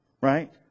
Right